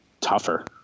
tougher